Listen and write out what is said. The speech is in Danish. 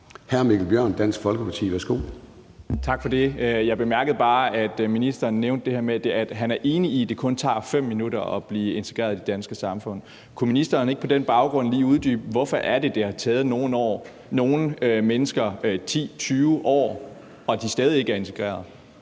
10:57 Mikkel Bjørn (DF): Tak for det. Jeg bemærkede bare, at ministeren nævnte det her med, at han er enig i, at det kun tager 5 minutter at blive integreret i det danske samfund. Kunne ministeren ikke på den baggrund lige uddybe, hvorfor det er, at det har taget nogle mennesker 10-20 år, og at de stadig ikke er integreret?